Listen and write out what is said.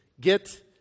get